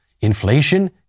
inflation